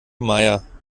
meier